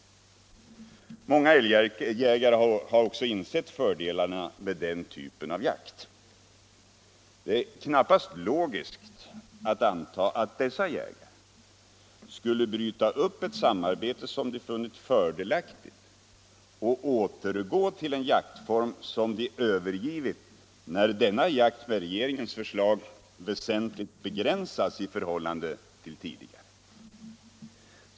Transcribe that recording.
Många älgjägare har också insett fördelarna med den typen av jakt. Det är knappast logiskt att anta att dessa jägare skulle bryta upp ett samarbete som de funnit fördelaktigt och återgå till en jaktform som de övergivit när denna jakt med regeringens förslag väsentligt begränsas i förhållande till tidigare.